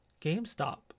GameStop